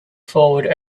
forward